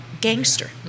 gangster